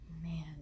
Man